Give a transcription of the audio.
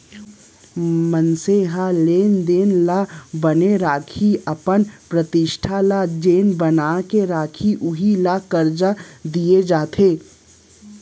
मनसे ह लेन देन ल बने राखही, अपन प्रतिष्ठा ल जेन बना के राखही उही ल करजा दिये जाथे